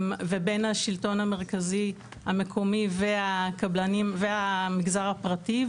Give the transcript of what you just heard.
ובין השלטון המרכזי, המקומי והמגזר הפרטי.